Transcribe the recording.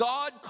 God